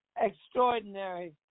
Extraordinary